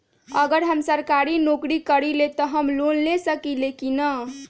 अगर हम सरकारी नौकरी करईले त हम लोन ले सकेली की न?